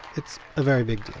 it's a very big